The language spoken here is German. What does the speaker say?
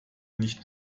nicht